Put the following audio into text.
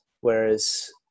whereas